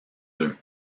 œufs